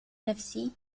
نفسي